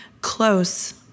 close